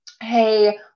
hey